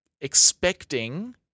expecting